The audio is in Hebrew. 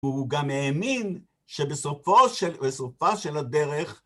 והוא גם האמין שבסופה של הדרך